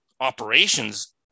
operations